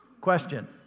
Question